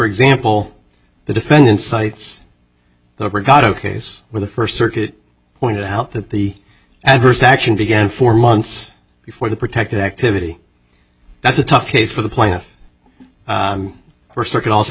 example the defendant cites the regatta ok's with the first circuit pointed out that the adverse action began four months before the protected activity that's a tough case for the plaintiff were circuit also